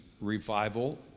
revival